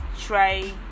try